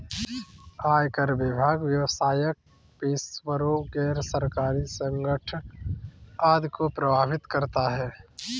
आयकर विभाग व्यावसायिक पेशेवरों, गैर सरकारी संगठन आदि को प्रभावित करता है